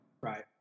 right